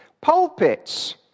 Pulpits